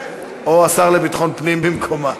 או השר לביטחון הפנים במקומה.